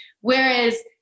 whereas